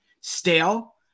Stale